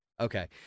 Okay